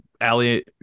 Ali